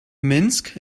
minsk